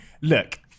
look